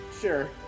Sure